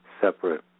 separate